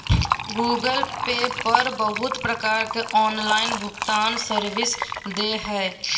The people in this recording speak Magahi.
गूगल पे पर बहुत प्रकार के ऑनलाइन भुगतान सर्विस दे हय